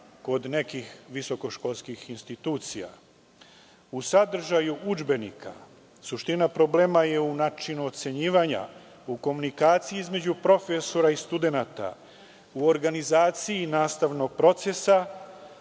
kod nekih visokoškolskih institucija, u sadržaju udžbenika, u načinu ocenjivanja, u komunikaciji između profesora i studenata, u organizaciji nastavnog procesa,